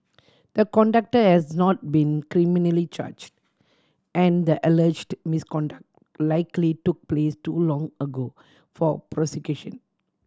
the conductor has not been criminally charged and the alleged misconduct likely took place too long ago for prosecution